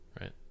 right